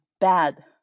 bad